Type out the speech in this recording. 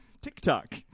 TikTok